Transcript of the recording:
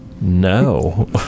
No